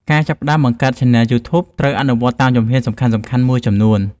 ការចាប់ផ្តើមបង្កើតឆានែលយូធូបត្រូវអនុវត្តន៍តាមជំហានសំខាន់ៗមួយចំនួន។